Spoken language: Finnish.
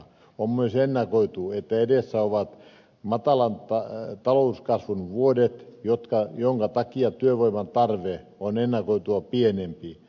on myös ennakoitu että edessä ovat matalan talouskasvun vuodet minkä takia työvoiman tarve on ennakoitua pienempi